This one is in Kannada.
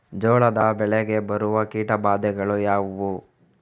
ಜೋಳದ ಬೆಳೆಗೆ ಬರುವ ಕೀಟಬಾಧೆಗಳು ಯಾವುವು?